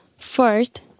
First